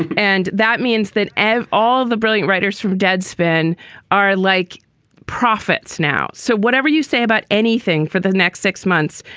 and that means that ev, all the brilliant writers from deadspin are like prophets now so whatever you say about anything for the next six months,